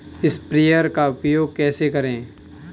Sprayer का उपयोग कैसे करें?